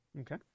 Okay